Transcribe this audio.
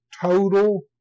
Total